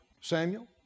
Samuel